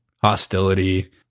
hostility